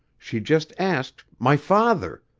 she just asked, my father?